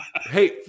Hey